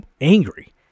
angry